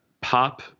pop